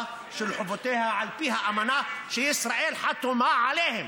של חובותיה על פי האמנה שישראל חתומה עליה.